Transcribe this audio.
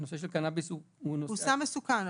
הנושא של קנאביס --- הוא סם מסוכן.